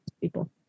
people